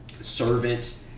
servant